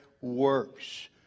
works